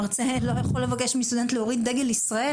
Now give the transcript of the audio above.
מרצה לא יכול לבקש מסטודנט להוריד את דגל ישראל.